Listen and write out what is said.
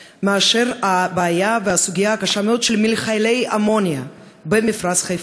מהבעיה והסוגיה הקשה-מאוד של מכלי האמוניה במפרץ חיפה.